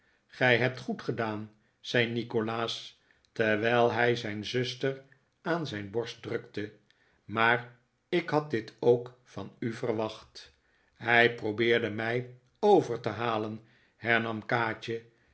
gij hebt goed gedaan zei nikolaas terwijl hij zijn zuster aan zijn borst drukte maar ik had dit ook van u verwacht hij probeerde mij over te halen hernam kaatje